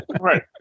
right